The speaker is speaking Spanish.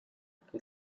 que